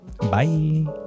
Bye